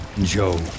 Joe